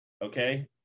Okay